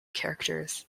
characters